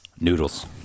Noodles